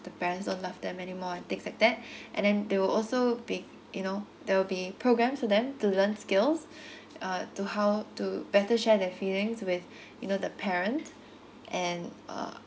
the parents won't love them anymore and things like that and then they will also be you know there will be program for them to learn skills uh to how to better share their feelings with you know the parent and uh